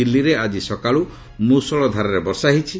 ଦିଲ୍ଲୀରେ ଆଜି ସକାଳୁ ମୂଷଳଧାରାରେ ବର୍ଷା ହୋଇଛି